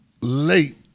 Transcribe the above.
late